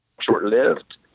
short-lived